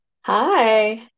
Hi